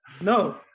No